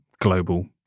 global